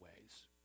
ways